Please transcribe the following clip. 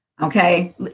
Okay